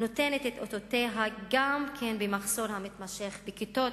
נותנת את אותותיה גם במחסור המתמשך בכיתות